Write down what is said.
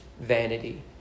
vanity